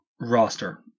roster